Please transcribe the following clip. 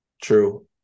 True